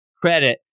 credit